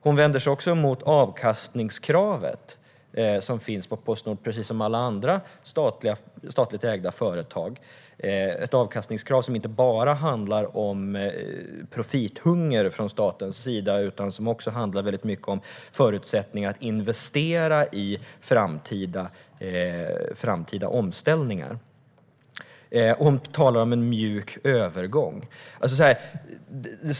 Hon vänder sig också mot avkastningskravet, som Postnord har i likhet med alla andra statligt ägda företag. Det är ett avkastningskrav som inte bara handlar om profithunger från statens sida utan också om förutsättningar för att investera i framtida omställningar. Hon talar om en mjuk övergång.